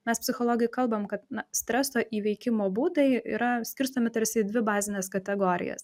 mes psichologai kalbam kad streso įveikimo būdai yra skirstomi tarsi į dvi bazines kategorijas